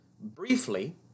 Briefly